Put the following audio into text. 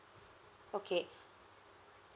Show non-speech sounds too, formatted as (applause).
okay (breath)